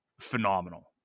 phenomenal